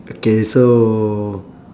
okay so